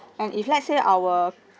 and if let's say our